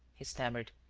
he stammered.